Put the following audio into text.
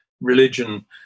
religion